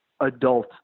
adult